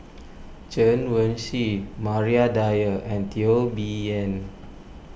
Chen Wen Hsi Maria Dyer and Teo Bee Yen